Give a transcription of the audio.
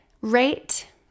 Rate